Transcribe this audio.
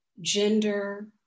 gender